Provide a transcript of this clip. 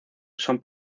son